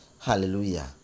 hallelujah